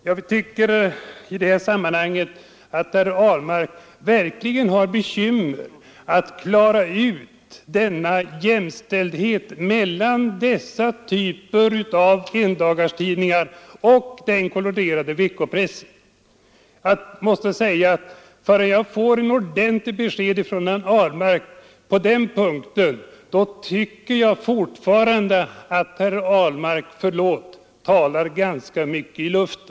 Jag tycker verkligen att herr Ahlmark i detta sammanhang har svårigheter att särskilja dessa typer av endagstidningar och den kolorerade veckopressen. Till dess att jag får ett ordentligt besked av herr Ahlmark på den punkten tycker jag — förlåt, herr Ahlmark — att herr Ahlmark talar ganska mycket i luften.